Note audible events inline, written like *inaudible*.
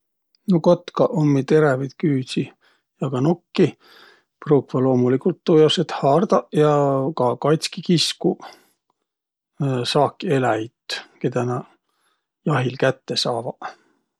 No kotkaq ummi terävit küüdsi ja ka nokki pruukva loomuligult tuujaos, et haardaq ja ka katski kiskuq *hesitation* saakeläjit, kedä nä jahil kätte saavaq.